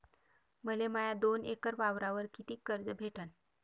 मले माया दोन एकर वावरावर कितीक कर्ज भेटन?